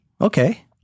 Okay